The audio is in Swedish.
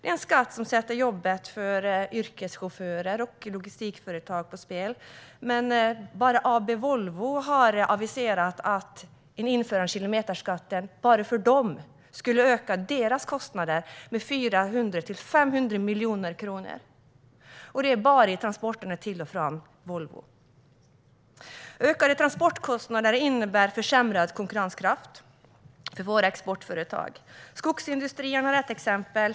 Det är en skatt som sätter jobben på spel för yrkeschaufförer och logistikföretag. AB Volvo har aviserat att ett införande av kilometerskatten skulle öka deras kostnader med 400-500 miljoner kronor. Det gäller alltså bara transporterna till och från Volvo. Ökade transportkostnader innebär försämrad konkurrenskraft för våra exportföretag. Skogsindustrin är ett exempel.